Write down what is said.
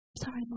Sorry